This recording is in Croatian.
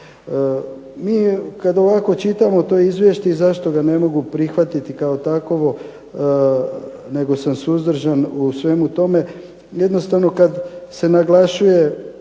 Mi kad ovako čitamo to izvješće i zašto ga ne mogu prihvatiti kao takovo nego sam suzdržan u svemu tome. Jednostavno kad se naglašuje